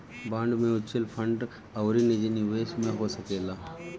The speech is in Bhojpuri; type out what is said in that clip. बांड म्यूच्यूअल फंड अउरी निजी निवेश में हो सकेला